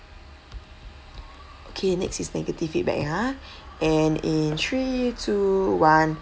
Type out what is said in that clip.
okay next is negative feedback ha and in three two one